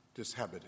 dishabited